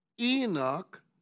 Enoch